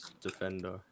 defender